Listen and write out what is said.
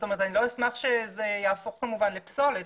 אני לא אשמח שזה יהפוך לפסולת,